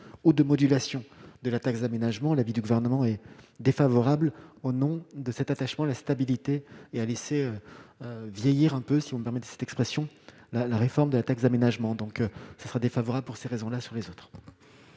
au de modulation de la taxe d'aménagement, l'avis du Gouvernement est défavorable au nom de cet attachement à la stabilité et à laisser vieillir un peu si vous me permettez cette expression la la réforme de la taxe d'aménagement, donc ça sera défavorable pour ces raisons-là sur les autres.